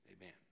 amen